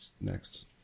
Next